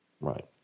right